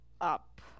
up